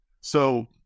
So-